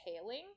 hailing